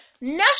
National